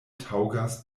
taŭgas